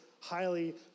highly